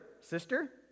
sister